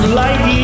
light